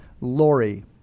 Lori